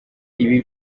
ibi